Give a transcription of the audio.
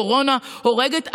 הקורונה הורגת,